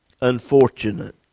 unfortunate